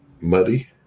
muddy